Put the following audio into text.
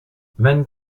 vingt